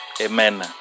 Amen